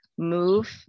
move